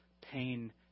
pain